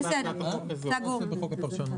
יכול להיות שזה רעיון טוב אבל לא להצעת החוק הזאת.